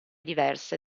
diverse